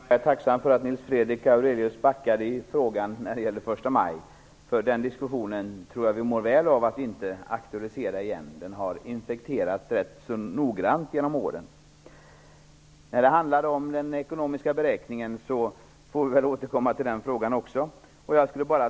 Fru talman! Jag är tacksam för att Nils Fredrik Aurelius backade i frågan om första maj. Jag tror att vi mår väl av att inte aktualisera den diskussionen igen. Den har infekterats ganska mycket genom åren. Vi får väl återkomma till frågan om den ekonomiska beräkningen också.